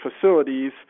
facilities